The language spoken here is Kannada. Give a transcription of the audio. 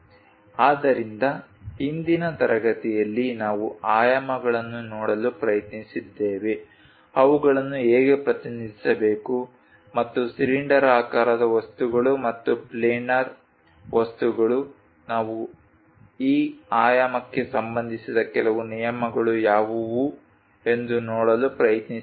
ಆದ್ದರಿಂದ ಇಂದಿನ ತರಗತಿಯಲ್ಲಿ ನಾವು ಆಯಾಮಗಳನ್ನು ನೋಡಲು ಪ್ರಯತ್ನಿಸಿದ್ದೇವೆ ಅವುಗಳನ್ನು ಹೇಗೆ ಪ್ರತಿನಿಧಿಸಬೇಕು ಮತ್ತು ಸಿಲಿಂಡರಾಕಾರದ ವಸ್ತುಗಳು ಮತ್ತು ಪ್ಲೇನರ್ ವಸ್ತುಗಳು ನಾವು ಈ ಆಯಾಮಕ್ಕೆ ಸಂಬಂಧಿಸಿದ ಕೆಲವು ನಿಯಮಗಳು ಯಾವುವು ಎಂದು ನೋಡಲು ಪ್ರಯತ್ನಿಸಿದ್ದೇವೆ